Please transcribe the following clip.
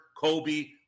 Kobe